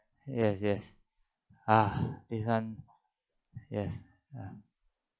yes yes ah they can't yes uh